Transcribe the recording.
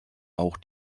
auch